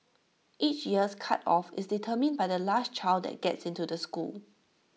each year's cut off is determined by the last child that gets into the school